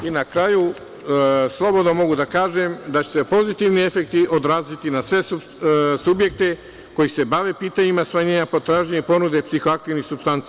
Na kraju, slobodno mogu da kažem da će se pozitivni efekti odraziti na sve subjekte koji se bave pitanjima smanjenja potražnje i ponude psihoaktivnih supstanci.